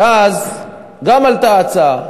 וגם אז עלתה הצעה,